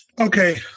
okay